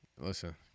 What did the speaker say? Listen